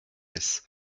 abbesse